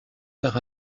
tard